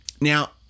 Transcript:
Now